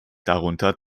darunter